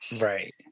Right